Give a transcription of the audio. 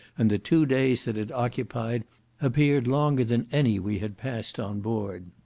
and the two days that it occupied appeared longer than any we had passed on board.